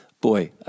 Boy